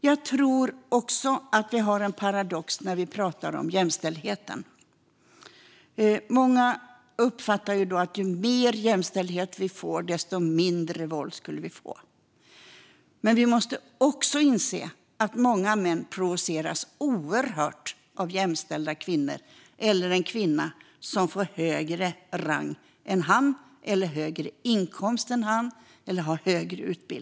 Jag tror också att vi har en paradox när vi pratar om jämställdheten. Många uppfattar att ju mer jämställdhet vi får, desto mindre våld får vi. Men vi måste också inse att många män provoceras oerhört av jämställda kvinnor eller av en kvinna som har högre rang, lön eller utbildning än vad de har.